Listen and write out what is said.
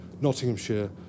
Nottinghamshire